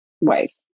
wife